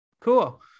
Cool